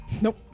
Nope